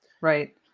Right